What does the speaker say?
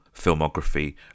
filmography